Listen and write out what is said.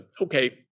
okay